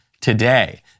today